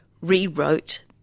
rewrote